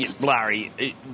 Larry